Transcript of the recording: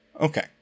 okay